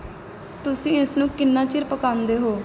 ਤੁਸੀਂ ਇਸਨੂੰ ਕਿੰਨਾਂ ਚਿਰ ਪਕਾਉਂਦੇ ਹੋ